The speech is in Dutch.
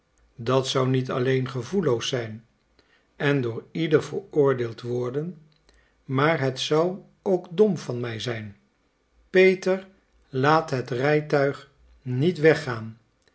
dat zou niet alleen gevoelloos zijn en door ieder veroordeeld worden maar het zou ook dom van mij zijn peter laat het rijtuig niet weggaan